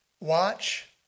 watch